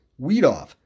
Weedoff